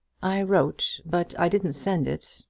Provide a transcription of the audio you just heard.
i wrote but i didn't send it.